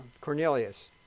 Cornelius